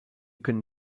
can